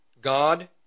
God